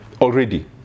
Already